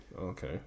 Okay